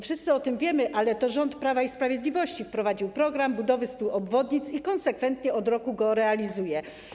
Wszyscy o tym wiemy, ale to rząd Prawa i Sprawiedliwości wprowadził program budowy stu obwodnic i konsekwentnie od roku go realizuje.